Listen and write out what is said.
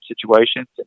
situations